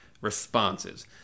responses